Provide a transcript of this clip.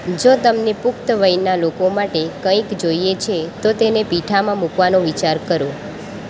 જો તમને પુખ્ત વયના લોકો માટે કંઇક જોઈએ છે તો તેને પીઠામાં મૂકવાનો વિચાર કરો